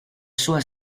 sua